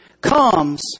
comes